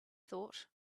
thought